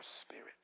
spirit